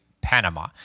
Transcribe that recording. Panama